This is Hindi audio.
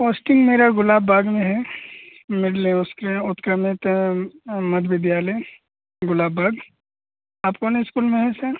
पोस्टिंग मेरा गुलाब बाग में है मिडिल स्कूल उत्क्रमित मध्य विद्यालय गुलाब बाग आप कौन स्कूल में हैं सर